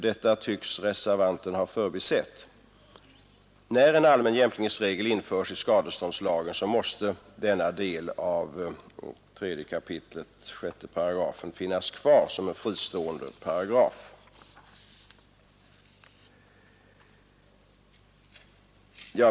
Detta tycks reservanterna ha förbisett. När en allmän jämkningsregel införs i skadeståndslagen, måste denna del av 3 kap. 6 § finnas kvar som en fristående paragraf.